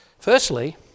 Firstly